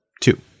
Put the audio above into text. Two